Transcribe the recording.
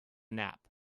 nap